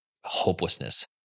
hopelessness